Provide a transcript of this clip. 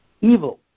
Evil